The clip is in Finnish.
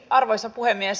arvoisa puhemies